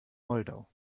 moldau